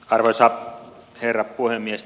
arvoisa herra puhemies